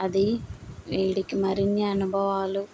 అది వీడికి మరెన్ని అనుభవాలు